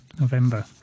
November